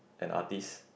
an artist